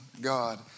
God